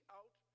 out